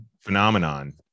phenomenon